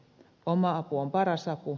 oma apu on paras apu